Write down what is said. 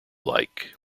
like